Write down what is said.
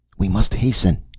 we must hasten!